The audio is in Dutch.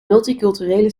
multiculturele